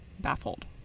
baffled